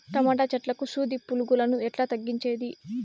Tomato చెట్లకు సూది పులుగులను ఎట్లా తగ్గించేది?